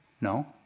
No